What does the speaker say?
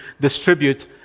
distribute